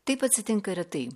taip atsitinka retai